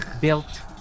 built